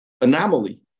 anomaly